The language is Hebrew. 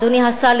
אדוני השר,